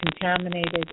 contaminated